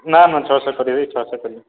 ନା ନା ଛଅଶହ କରିବେ ଛଅଶହ କରିବେ